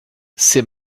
c’est